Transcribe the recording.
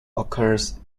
occurs